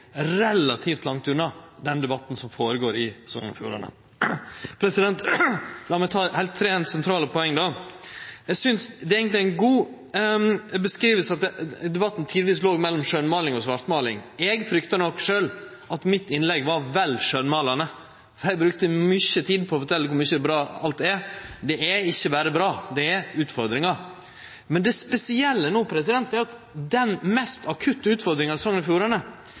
relativt langt unna den debatten som føregår i Sogn og Fjordane. La meg ta tre sentrale poeng. Punkt ein: Eg synest eigentleg det er ei god beskriving at debatten tidvis har lege mellom skjønnmåling og svartmåling. Eg fryktar nok sjølv at mitt innlegg var vel skjønnmålande. Eg brukte mykje tid på å fortelje kor mykje bra som er. Det er ikkje berre bra. Det er utfordringar. Men det spesielle no er den mest akutte utfordringa i Sogn og Fjordane.